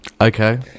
okay